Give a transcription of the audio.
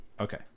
Okay